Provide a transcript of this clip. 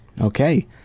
Okay